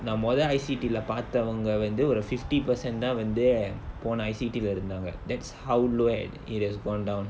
நா மொத:naa motha I_C_T lah பாத்தவங்க வந்து ஒரு:paathavanga vanthu oru fifty percent தா வந்து போன:thaa vanthu pona I_C_T leh இருந்தாங்க:irunthaanga that's how low a~ it has gone down